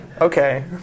Okay